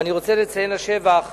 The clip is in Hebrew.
ואני רוצה לציין לשבח